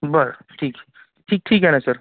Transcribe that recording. बरं ठीक ठीक ठीक आहे नं सर